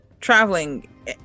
traveling